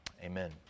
Amen